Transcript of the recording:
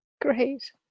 Great